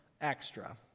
extra